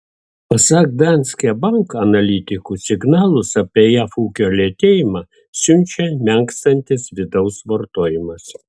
pasak danske bank analitikų signalus apie jav ūkio lėtėjimą siunčia menkstantis vidaus vartojimas